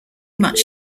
much